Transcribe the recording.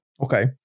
Okay